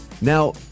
Now